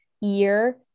year